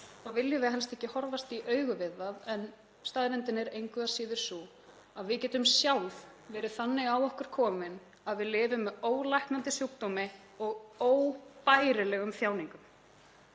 þá viljum við helst ekki að horfast í augu við það en staðreyndin er engu að síður sú að við getum sjálf verið þannig á okkur komin að við lifum með ólæknandi sjúkdómi og óbærilegum þjáningum.